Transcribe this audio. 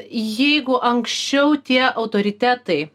jeigu anksčiau tie autoritetai